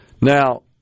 Now